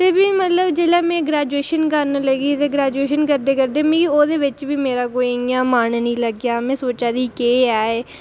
ते भी बी में मतलब जेल्लै ग्रेजूएशन करन लगी ते भी में ग्रेजूएशन करदे करदे भी मेरा ओह्दे ई मन निं लग्गेआ में सोचा दी ही केह् ऐ एह्